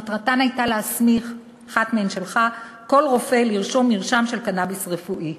שמטרתן להסמיך כל רופא לרשום מרשם של קנאביס רפואי.